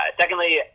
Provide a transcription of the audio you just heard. secondly